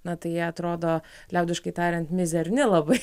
na tai atrodo liaudiškai tariant mizerni labai